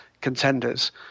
contenders